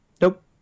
Nope